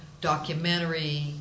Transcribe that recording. documentary